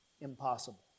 impossible